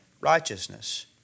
righteousness